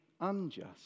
unjust